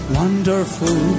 wonderful